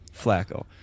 Flacco